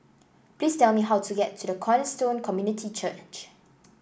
please tell me how to get to the Cornerstone Community Church